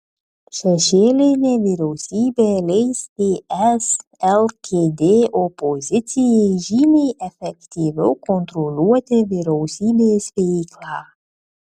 šešėlinė vyriausybė leis ts lkd opozicijai žymiai efektyviau kontroliuoti vyriausybės veiklą